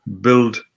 build